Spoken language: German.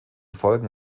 folgen